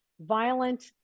violent